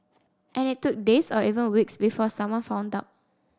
and it took days or even weeks before someone found out